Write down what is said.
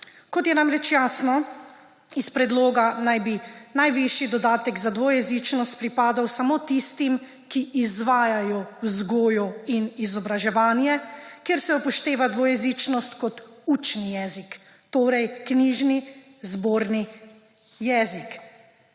Kot je namreč jasno iz predloga, naj bi najvišji dodatek za dvojezičnost pripadal samo tistim, ki izvajajo vzgojo in izobraževanje, kjer se upošteva dvojezičnost kot učni jezik, torej knjižni, zborni jezik,